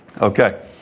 Okay